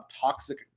toxic